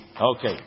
Okay